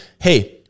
Hey